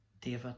David